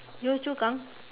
Yio-Chu-Kang